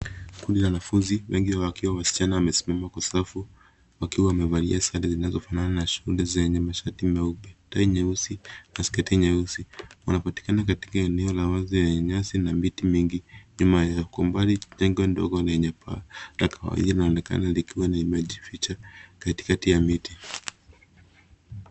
Kundi la wanafunzi, wengi wao wakiwa wasichana wamesimama kwa safu, wakiwa wamevalia sare zinazofanana na shule zenye mashati meupe, tai nyeusi, na sketi nyeusi. Wanapatikana katika eneo la wazi yenye nyasi, na miti mingi, nyuma yao. Kwa umbali, jengo ndogo lenye paa, la kawaida linaonekana likiwa limejificha katikati ya miti.